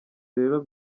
rero